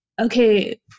okay